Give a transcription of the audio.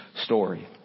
story